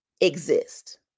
exist